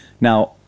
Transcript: Now